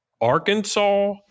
Arkansas